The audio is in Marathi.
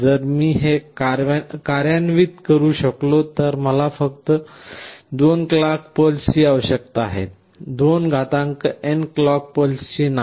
जर मी हे कार्यान्वित करू शकलो तर मला फक्त 2 क्लॉक पल्सींची आवश्यकता आहे 2n क्लॉक पल्सींची नाही